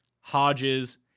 Hodges